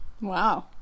wow